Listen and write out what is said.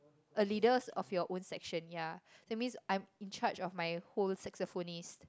a leaders of your own section yeah that means I am in charge of my whole saxophonists